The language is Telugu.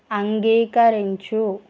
అంగీకరించు